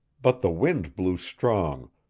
but the wind blew strong,